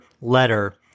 letter